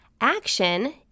Action